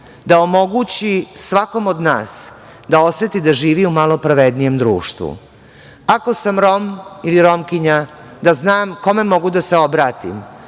da omoguće svakom od nas da oseti da živi u malo pravednijem društvu. Ako sam Rom ili Romkinja da znam kome mogu da se obratim